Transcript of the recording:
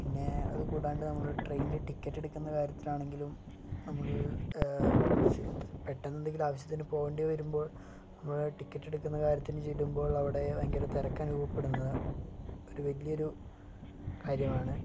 പിന്നെ അത് കൂടാണ്ട് നമ്മൾ ട്രേയ്ൻറ്റെ ടിക്കറ്റെട്ക്ക്ന്ന കാര്യത്തിൽ ആണെങ്കിലും നമ്മൾ പെട്ടെന്നെന്തെങ്കിലും ആവശ്യത്തിന് പോണ്ടി വരുമ്പോൾ നമ്മൾ ടിക്കറ്റെട്ക്ക്ന്ന കാര്യത്തിന് ചെല്ലുമ്പോൾ അവിടെ ഭയങ്കര തിരക്ക് അനുഭവപ്പെടുന്നത് ഒരു വലിയ ഒരു കാര്യമാണ്